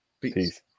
Peace